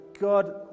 God